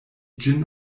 ĝin